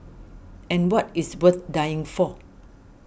and what is worth dying for